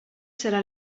serà